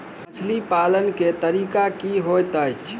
मछली पालन केँ तरीका की होइत अछि?